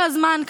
כל הזמן,